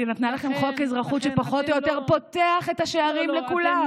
היא נתנה לכם חוק אזרחות שפחות או יותר פותח את השערים לכולם.